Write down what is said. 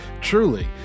Truly